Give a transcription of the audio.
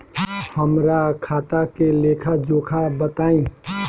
हमरा खाता के लेखा जोखा बताई?